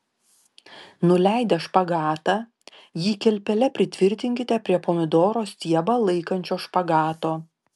nuleidę špagatą jį kilpele pritvirtinkite prie pomidoro stiebą laikančio špagato